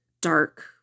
dark